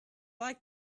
like